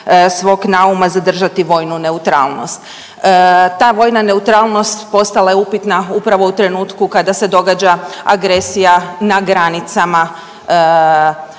svog nauma zadržati vojnu neutralnost. Ta vojna neutralnost postala je upitna upravo u trenutku kada se događa agresija na granicama